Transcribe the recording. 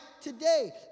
today